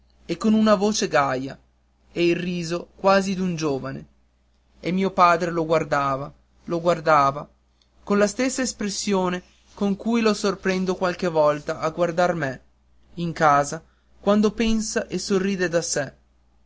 e con una voce gaia e il riso quasi d'un giovane e mio padre lo guardava lo guardava con la stessa espressione con cui lo sorprendo qualche volta a guardar me in casa quando pensa e sorride da sé